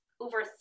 over